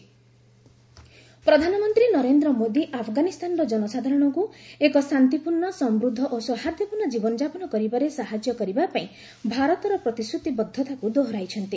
PM Ashraf Ghani ପ୍ରଧାନମନ୍ତ୍ରୀ ନରେନ୍ଦ୍ର ମୋଦୀ ଆଫ୍ଗାନିସ୍ତାନର ଜନସାଧାରଣଙ୍କୁ ଏକ ଶାନ୍ତିପୂର୍ଣ୍ଣ ସମୃଦ୍ଧ ଓ ସୌହାର୍ଦ୍ଦପୂର୍ଣ୍ଣ ଜୀବନଯାପନ କରିବାରେ ସାହାଯ୍ୟ କରିବା ପାଇଁ ଭାରତର ପ୍ରତିଶ୍ରତିବଦ୍ଧତାକୁ ଦୋହରାଇଛନ୍ତି